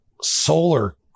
solar